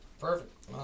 Perfect